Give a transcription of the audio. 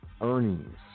Earnings